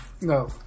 no